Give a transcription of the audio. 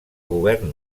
govern